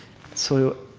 so